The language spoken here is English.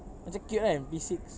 macam cute kan P six